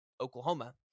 Oklahoma